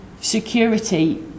Security